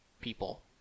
people